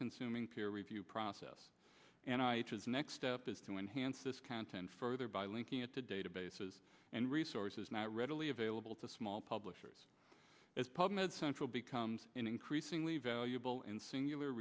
consuming peer review process and i was next step is to enhance this content further by linking it to databases and resources not readily available to small publishers as pub med central becomes increasingly valuable in singular